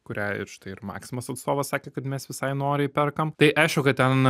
kurią ir štai ir maksimos atstovas sakė kad mes visai noriai perkam tai aišku kad ten